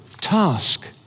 task